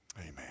Amen